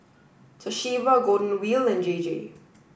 Toshiba Golden Wheel and J J